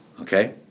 okay